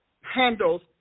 handles